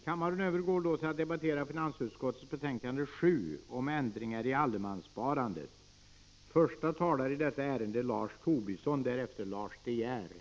Kammaren övergår nu till att debattera kulturutskottets betänkande 11 om avgifter i ärenden om lokala kabelsändningar m.m.